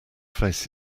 face